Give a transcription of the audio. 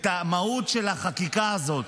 את המהות של החקיקה הזאת,